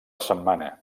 setmana